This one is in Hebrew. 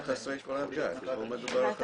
יש מיליון חסרי קורת גג, פה מדובר על חסרי דיור.